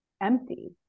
empty